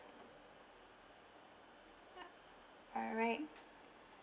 alright